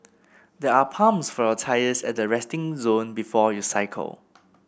there are pumps for your tyres at the resting zone before you cycle